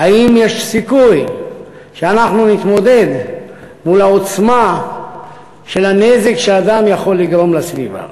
האם יש סיכוי שאנחנו נתמודד מול העוצמה של הנזק שאדם יכול לגרום לסביבה.